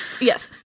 yes